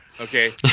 Okay